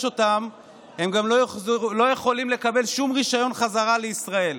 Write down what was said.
גם לא יכולים לקבל שום רישיון חזרה לישראל,